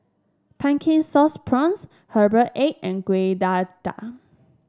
Pumpkin Sauce Prawns Herbal Egg and Kueh Dadar